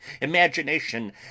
imagination